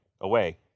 away